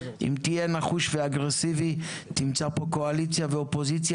אם תהיה נחוש ואגרסיבי תמצא פה קואליציה ואופוזיציה